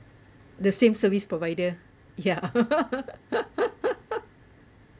the same service provider ya